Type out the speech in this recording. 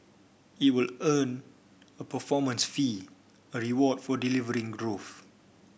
it will earn a performance fee a reward for delivering growth